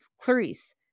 Clarice